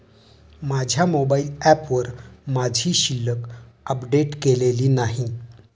माझ्या मोबाइल ऍपवर माझी शिल्लक अपडेट केलेली नाही